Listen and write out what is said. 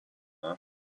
were